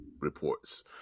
reports